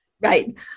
Right